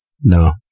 no